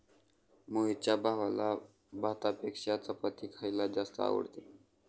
मोहितच्या भावाला भातापेक्षा चपाती खायला जास्त आवडते